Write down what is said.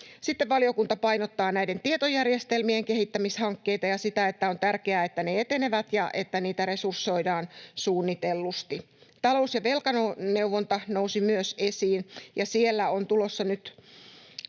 Sitten valiokunta painottaa tietojärjestelmien kehittämishankkeita ja sitä, että on tärkeää, että ne etenevät ja että niitä resursoidaan suunnitellusti. Talous- ja velkaneuvonta nousi myös esiin, ja siellä on tulossa nyt